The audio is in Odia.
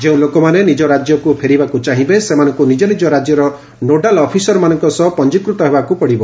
ଯେଉଁ ଲୋକମାନେ ନିଜ ରାଜ୍ୟକୁ ଫେରିବାକୁ ଚାହିଁବେ ସେମାନଙ୍କୁ ନିଜ ନିଜ ରାଜ୍ୟର ନୋଡାଲ୍ ଅଫିସରମାନଙ୍କ ସହ ପଞ୍ଚିକୃତ ହେବାକୁ ପଡ଼ିବ